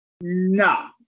No